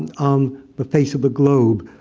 on the face of the globe.